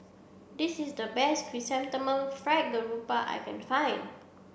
this is the best chrysanthemum fried garoupa I can find